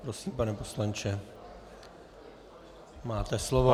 Prosím, pane poslanče, máte slovo.